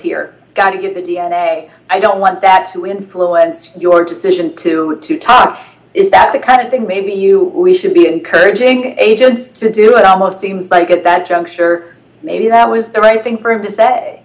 here got to get the d n a i don't want that to influence your decision to to talk is that the kind of thing maybe you we should be encouraging agents to do it almost seems like at that juncture maybe that was the right thing for him to say